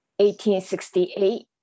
1868